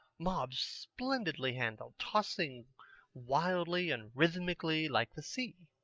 mobs splendidly handled, tossing wildly and rhythmically like the sea.